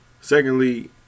Secondly